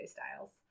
Styles